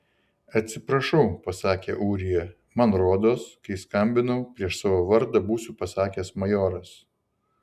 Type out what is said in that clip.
atsiprašau pasakė ūrija man rodos kai skambinau prieš savo vardą būsiu pasakęs majoras